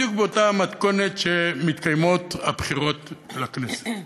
בדיוק באותה המתכונת שבה מתקיימות הבחירות לכנסת.